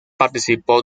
participó